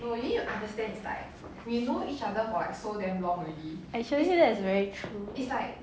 actually that is very true